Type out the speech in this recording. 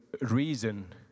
reason